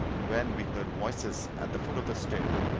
when we heard voices at the foot of the stair,